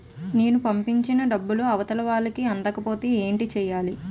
నేను పంపిన డబ్బులు అవతల వారికి అందకపోతే ఏంటి చెయ్యాలి?